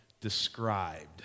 described